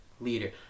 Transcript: leader